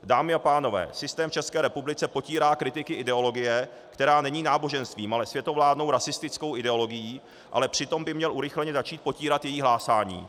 Dámy a pánové, systém v České republice potírá kritiky ideologie, která není náboženstvím, ale světovládnou rasistickou ideologií, ale přitom by měl urychleně začít potírat její hlásání.